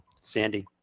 Sandy